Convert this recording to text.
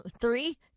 three